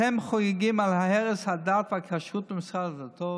אתם חוגגים על הרס הדת והכשרות במשרד הדתות?